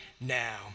now